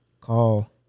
Call